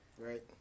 Right